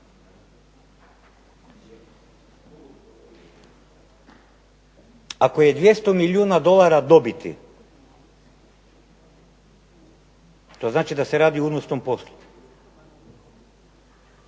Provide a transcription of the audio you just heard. Ako je 200 milijuna dolara dobiti to znači da se radi o unosnom poslu.